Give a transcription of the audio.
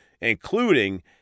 including